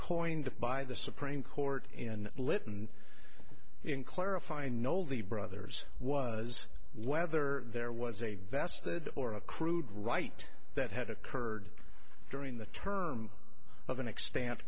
coined by the supreme court in lytton in clarifying nollie brothers was whether there was a vested or a crude right that had occurred during the term of an extent